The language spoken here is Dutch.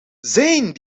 zijn